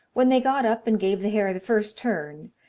when they got up and gave the hare the first turn,